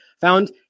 found